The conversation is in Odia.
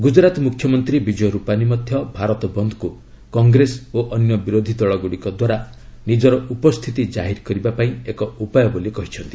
ଗୁଜରାତ ମୁଖ୍ୟମନ୍ତ୍ରୀ ବିଜୟ ରୁପାନୀ ମଧ୍ୟ ଭାରତ ବନ୍ଦକୁ କଂଗ୍ରେସ ଓ ଅନ୍ୟ ବିରୋଧୀ ଦଳଗୁଡ଼ିକ ଦ୍ୱାରା ନିଜର ଉପସ୍ଥିତି ଜାହିର କରିବା ପାଇଁ ଏକ ଉପାୟ ବୋଲି କହିଛନ୍ତି